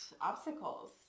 obstacles